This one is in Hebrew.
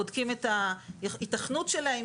בודקים את ההיתכנות שלהם,